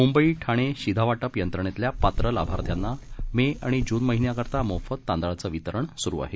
मुंबईठाणे शिधावाटप यंत्रणेतल्या पात्र लाभार्थ्यांना मे आणि जुन महिन्याकरिता मोफत तांदळाचे वितरण सुरू आहे